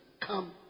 come